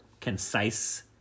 concise